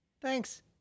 Thanks